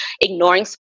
ignoring